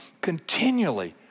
continually